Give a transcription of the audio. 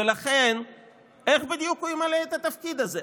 ולכן איך בדיוק הוא ימלא את התפקיד הזה?